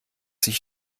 sich